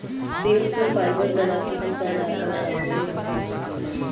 पेड़ से फाइबर बना के किसान आपन आमदनी बढ़ा सकेलन